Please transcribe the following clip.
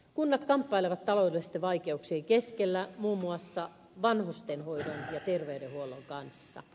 kunnat kamppailevat taloudellisten vaikeuksien keskellä muun muassa vanhustenhoidon ja terveydenhuollon kanssa